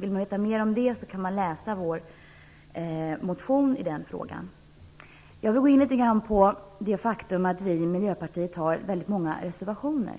Vill man veta mer om det kan man läsa vår motion i den frågan. Jag vill gå in litet grand på det faktum att vi i Miljöpartiet har väldigt många reservationer.